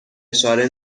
اشاره